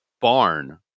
barn